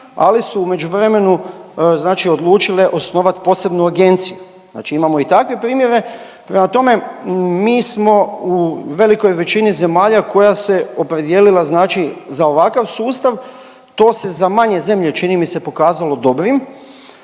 ali su u međuvremenu znači odlučile osnovat posebnu agenciju, znači imamo i takve primjere. Prema tome, mi smo u velikoj većini zemalja koja se opredijelila znači za ovakav sustav. To se za manje zemlje čini mi se pokazalo dobrim.